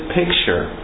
picture